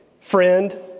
friend